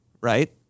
right